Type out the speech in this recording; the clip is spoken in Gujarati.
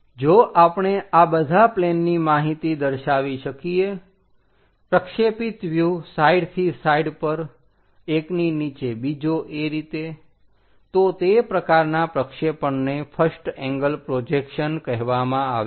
જો આપણે આ બધા પ્લેનની માહિતી દર્શાવી શકીએ પ્રક્ષેપિત વ્યુહ સાઈડથી સાઈડ પર એકની નીચે બીજો એ રીતે તો તે પ્રકારના પ્રક્ષેપણને ફર્સ્ટ એંગલ પ્રોજેક્શન કહેવામા આવે છે